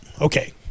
Okay